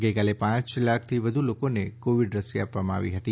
ગઈકાલે પાંચ લાખથી વધુ લોકોને કોવિડ રસી આપવામાં આવી હતી